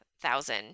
thousand